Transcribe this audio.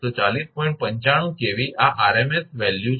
s value RMS મૂલ્ય છે